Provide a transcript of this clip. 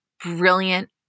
brilliant